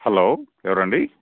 hello ఎవరండి